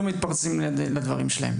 לא מתפרצים לדברים שלהם,